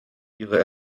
ihre